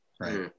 Right